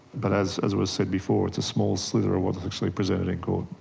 but as as was said before, it's a small sliver of what is actually presented in court.